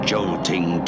Jolting